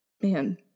man